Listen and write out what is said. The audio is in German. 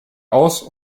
aus